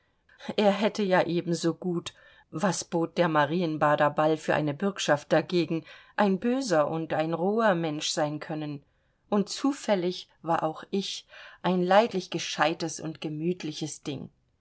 er hätte ja ebensogut was bot der marienbader ball für eine bürgschaft dagegen ein böser und ein roher mensch sein können und zufällig war auch ich ein leidlich gescheites und gemütliches ding